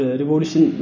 revolution